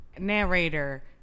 narrator